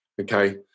okay